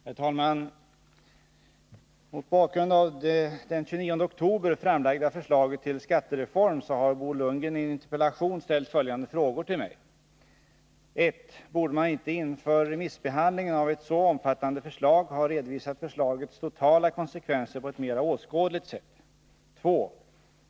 Herr talman! Mot bakgrund av det den 29 oktober framlagda förslaget till skattereform har Bo Lundgren i en interpellation ställt följande frågor till mig. 1. Borde man inte inför remissbehandlingen av ett så omfattande förslag ha redovisat förslagets totala konsekvenser på ett mera åskådligt sätt? 2.